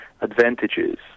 advantages